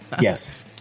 Yes